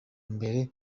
mbere